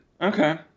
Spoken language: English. Okay